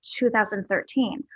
2013